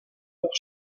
leur